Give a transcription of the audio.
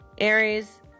Aries